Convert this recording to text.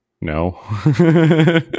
no